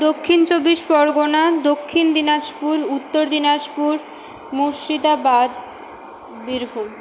দক্ষিণ চব্বিশ পরগনা দক্ষিণ দিনাজপুর উত্তর দিনাজপুর মুর্শিদাবাদ বীরভূম